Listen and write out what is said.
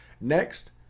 Next